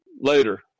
later